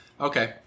Okay